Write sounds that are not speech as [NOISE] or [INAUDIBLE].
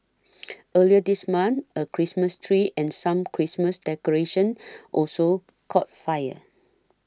[NOISE] earlier this month a Christmas tree and some Christmas decorations also caught fire